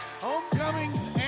Homecomings